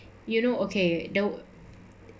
you know okay the